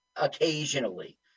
occasionally